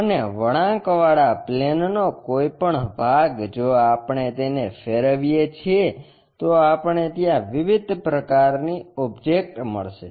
અને વળાંકવાળા પ્લેનનો કોઈપણ ભાગ જો આપણે તેને ફેરવીએ છીએ તો આપણે ત્યાં વિવિધ પ્રકારની ઓબ્જેક્ટ મળશે